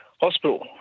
hospital